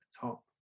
top